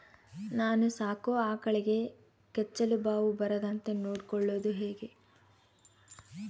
ನಾನು ಸಾಕೋ ಆಕಳಿಗೆ ಕೆಚ್ಚಲುಬಾವು ಬರದಂತೆ ನೊಡ್ಕೊಳೋದು ಹೇಗೆ?